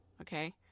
okay